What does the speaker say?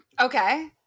Okay